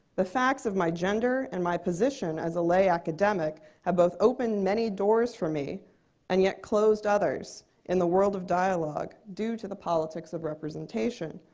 the facts of my gender and my position as a lay academic have both opened many doors for me and yet closed others in the world of dialogue due to the politics of representation.